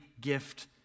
gift